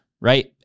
right